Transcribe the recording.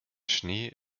schnee